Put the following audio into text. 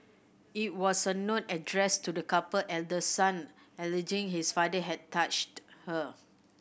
it was a note addressed to the couple elder son alleging his father had touched her